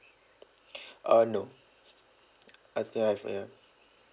uh no I think I've uh ya